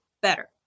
better